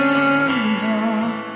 undone